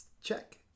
check